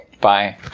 Bye